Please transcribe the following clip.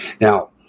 Now